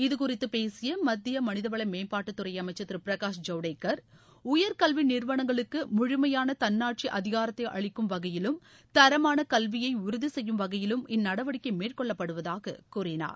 இதுகுறித்து பேசிய மத்திய மனிதவள மேம்பாட்டு துறை அமைச்ச் திரு பிரகாஷ் ஜவடேக்கர் உயர் கல்வி நிறுவனங்களுக்கு முழுமையான தன்னாட்சி அதிகாரத்தை அளிக்கும் வகையிலும் தரமான கல்வியை உறுதி செய்யும் வகையிலும் இந்நடவடிக்கை மேற்கொள்ளப்படுவதாக கூறினார்